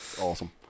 awesome